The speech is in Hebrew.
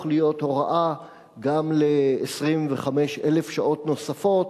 להיות הוראה גם ל-25,000 שעות נוספות,